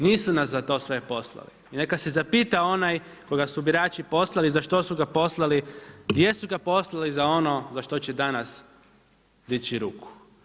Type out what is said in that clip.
Nisu nas za to sve poslali i neka se zapita onaj koga su birači poslali za što su ga poslali, gdje su ga poslali za ono što će danas dići ruku.